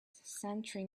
century